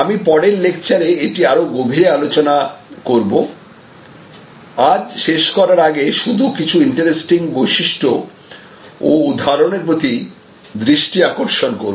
আমি পরের লেকচারে এটি আরো গভীরে আলোচনা করব আজ শেষ করার আগে শুধু কিছু ইন্টারেস্টিং বৈশিষ্ট্য ও উদাহরণ এর প্রতি দৃষ্টি আকর্ষণ করব